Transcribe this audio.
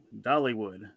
Dollywood